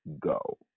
go